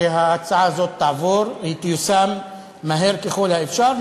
שההצעה הזאת תעבור ותיושם מהר ככל האפשר,